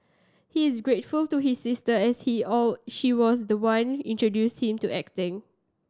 he is grateful to his sister as he or she was the one introduced him to acting